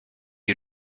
you